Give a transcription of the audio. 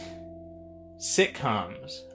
sitcoms